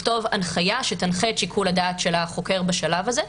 הנחיה שתנחה את שיקול הדעת של החוקר בשלב הזה.